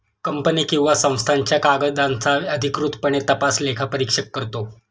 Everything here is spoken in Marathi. कंपनी किंवा संस्थांच्या कागदांचा अधिकृतपणे तपास लेखापरीक्षक करतो